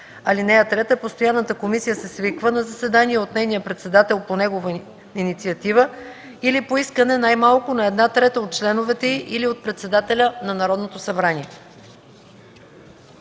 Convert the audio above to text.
тях. (3) Постоянната комисия се свиква на заседание от нейния председател по негова инициатива или по искане най-малко на една трета от членовете й или от председателя на Народното събрание.”